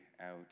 out